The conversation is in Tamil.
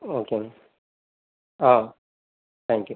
ஓகேங்க ஆ தேங்க்யூ